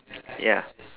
ya